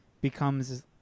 becomes